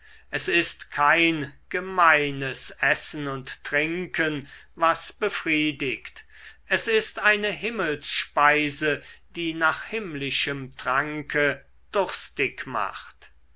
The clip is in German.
es ist kein gemeines essen und trinken was befriedigt es ist eine himmelsspeise die nach himmlischem tranke durstig macht